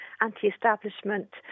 anti-establishment